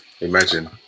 Imagine